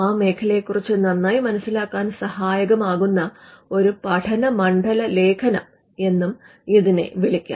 ആ മേഖലയെ കുറിച്ച് നന്നായി മനസ്സിലാക്കാൻ സഹായകമാകുന്ന ഒരു പഠനമണ്ഡല ലേഖനം എന്നും ഇതിനെ വിളിക്കാം